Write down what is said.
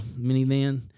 minivan